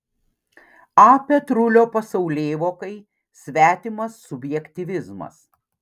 a petrulio pasaulėvokai svetimas subjektyvizmas